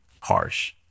harsh